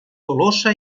tolosa